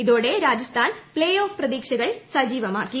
ഇതോടെ Rajasthan play off പ്രതീക്ഷകൾ സജീവമാക്കി